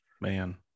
man